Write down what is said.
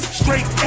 straight